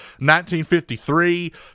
1953